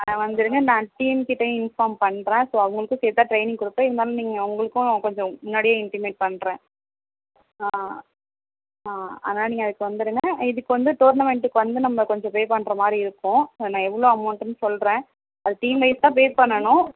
ஆ வந்துவிடுங்க நான் டீம்கிட்டேயும் இன்ஃபார்ம் பண்றேன் ஸோ அவங்களுக்கும் சேர்த்துதான் ட்ரெய்னிங் குடுப்பேன் இருந்தாலும் நீங்கள் உங்களுக்கும் கொஞ்சம் முன்னாடியே இண்டிமேட் பண்றேன் ஆனால் நீங்கள் அதுக்கு வந்துவிடுங்க இதுக்கு வந்து டோர்னமெண்ட்டுக்கு வந்து நம்ம கொஞ்சம் பே பண்ணுற மாதிரிருக்கும் நான் எவ்வளோ அமௌண்ட்டுன்னு சொல்றேன் அது டீம் வைஸ் தான் பே பண்ணணும்